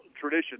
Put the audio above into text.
tradition